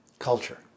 culture